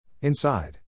Inside